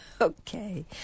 Okay